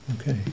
okay